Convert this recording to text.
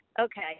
Okay